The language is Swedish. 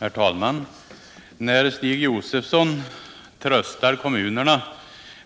Herr talman! Stig Josefsons sätt att trösta kommunerna